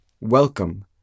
Welcome